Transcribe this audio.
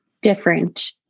different